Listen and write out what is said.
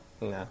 No